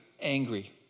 angry